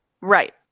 Right